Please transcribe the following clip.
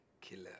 killer